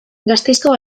gasteizko